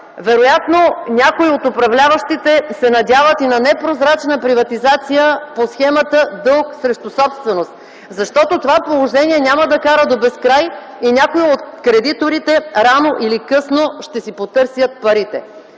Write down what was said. Вероятно някои от управляващите се надяват и на непрозрачна приватизация по схемата – дълг срещу собственост. Защото това положение няма да кара до безкрай, и някои от кредиторите рано или късно ще си потърсят парите.